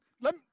let